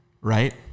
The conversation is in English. right